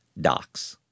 docs